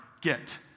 get